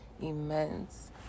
immense